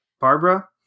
Barbara